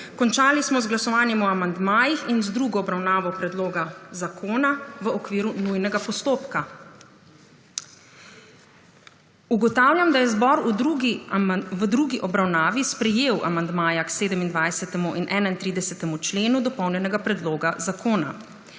končali z glasovanjem o amandmajih in z drugo obravnavo predloga zakona v okviru nujnega postopka. Ugotavljam, da je zbor v drugi obravnavi sprejel amandmaje k 3., 4., 12., 16., 17. in 18. členu dopolnjenega predloga zakona.